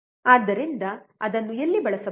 ಆದ್ದರಿಂದ ಅದನ್ನು ಎಲ್ಲಿ ಬಳಸಬಹುದು